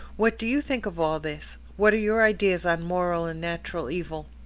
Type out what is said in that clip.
what do you think of all this? what are your ideas on moral and natural evil?